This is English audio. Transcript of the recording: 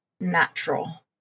natural